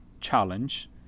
challenge